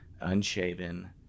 unshaven